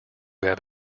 have